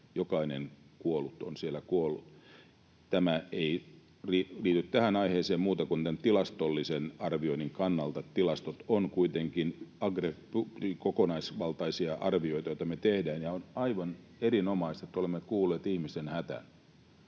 Jokainen kuollut on siellä kuollut. Tämä ei liity tähän aiheeseen muuta kuin tämän tilastollisen arvioinnin kannalta. Tilastot ovat kuitenkin kokonaisvaltaisia arvioita, joita me tehdään, ja on aivan erinomaista, että olemme kuulleet ihmisten hädän.